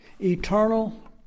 eternal